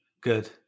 Good